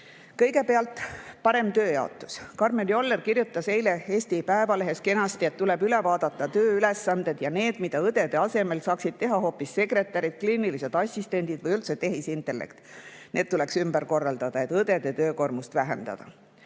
Kõigepealt, parem tööjaotus. Karmen Joller kirjutas eile Eesti Päevalehes kenasti, et tuleb üle vaadata tööülesanded, sealhulgas need, mida õdede asemel saaksid teha hoopis sekretärid, kliinilised assistendid või üldse tehisintellekt. See kõik tuleks ümber korraldada, et õdede töökoormust vähendada.